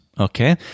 okay